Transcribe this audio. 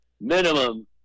minimum